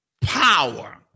power